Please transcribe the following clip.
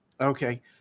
Okay